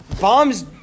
bomb's